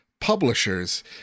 publishers